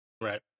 Right